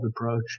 approach